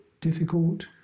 difficult